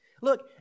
Look